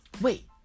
wait